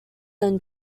than